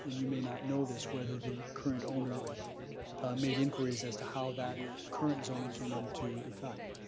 and you may not know this, whether the current owner made inquiries as to how that current zoning came into effect.